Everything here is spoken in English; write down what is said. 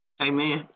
Amen